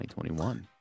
2021